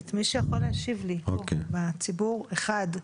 את מי שיכול להשיב לי פה מהציבור, אחד,